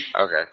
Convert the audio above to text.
Okay